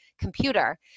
computer